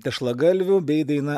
tešlagalviu bei daina